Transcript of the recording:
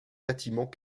bâtiments